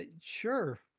Sure